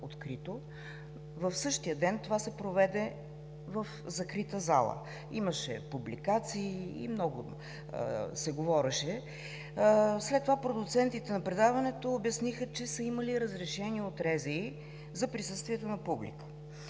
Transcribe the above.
в същия ден това се проведе в закрита зала. Имаше публикации и много се говореше, след това продуцентите на предаването обясниха, че са имали разрешение от РЗИ за присъствието на публика.